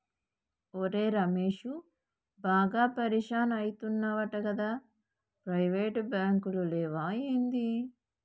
ఒరే రమేశూ, బాగా పరిషాన్ అయితున్నవటగదా, ప్రైవేటు బాంకులు లేవా ఏంది